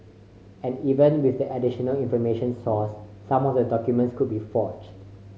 and even with the additional information sourced some of the documents could be forged